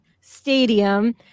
Stadium